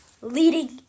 leading